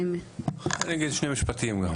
אני אגיד שני משפטים גם.